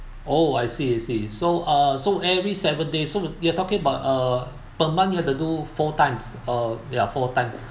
oh I see I see so uh so every seven days so you're talking about uh per month you have to do four times uh ya four time